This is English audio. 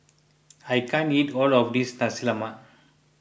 I can't eat all of this Nasi Lemak